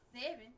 seven